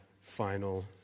final